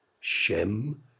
Shem